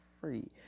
free